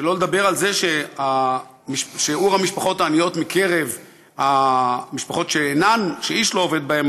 שלא לדבר על זה ששיעור המשפחות העניות מקרב המשפחות שאיש לא עובד בהן,